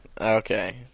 Okay